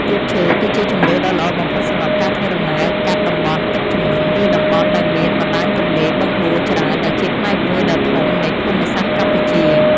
ទូកឈើគឺជាជម្រើសដ៏ល្អបំផុតសម្រាប់ការធ្វើដំណើរកាត់ តំបន់ទឹកជំនន់ ឬតំបន់ដែលមាន បណ្ដាញទន្លេ បឹងបួ ច្រើន ដែលជាផ្នែកមួយដ៏ធំនៃភូមិសាស្ត្រកម្ពុជា ។